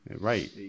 Right